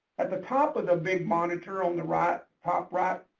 at the top of the big monitor, on the right, top right,